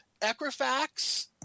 equifax